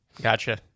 Gotcha